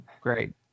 Great